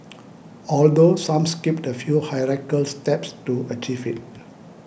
although some skipped a few hierarchical steps to achieve it